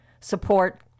Support